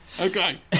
Okay